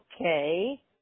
Okay